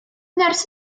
nyrs